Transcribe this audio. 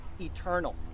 eternal